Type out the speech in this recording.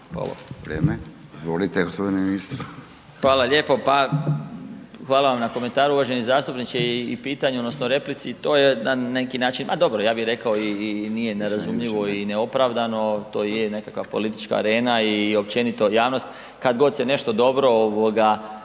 vrijeme. Izvolite, g. ministre. **Marić, Zdravko** Hvala lijepo. Pa hvala vam na komentaru, uvaženi zastupniče i pitanju odnosno replici i to je na neki način a dobro, ja bi rekao i nije nerazumljivo i neopravdano, to i je nekakva politička arena i općenito javnost kad god se nešto dobro i